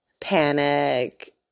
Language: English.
panic